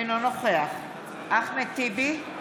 אינו נוכח אחמד טיבי,